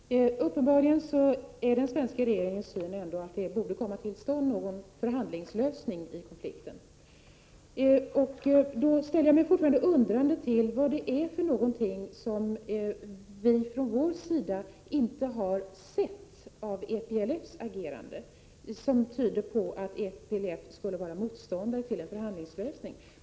Herr talman! Uppenbarligen är den svenska regeringens syn ändå att det borde komma till stånd någon förhandlingslösning i konflikten. Då ställer jag mig fortfarande undrande till vad det är som vi från vår sida har sett av EPLF:s agerande som skulle tyda på att EPLF är motståndare till en förhandlingslösning.